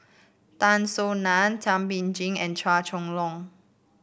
Tan Soo Nan Thum Ping Tjin and Chua Chong Long